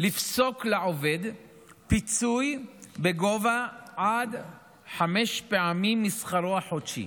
לפסוק לעובד פיצוי בגובה עד חמש פעמים משכרו החודשי.